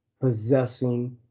possessing